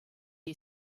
you